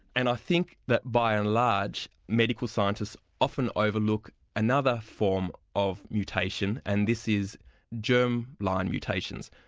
and i think that by and large, medical scientists often overlook another form of mutation, and this is germ line mutations.